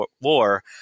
War